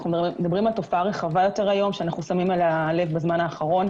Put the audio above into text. אנחנו מדברים על תופעה רחבה יותר ששמים אליה לב בזמן האחרון.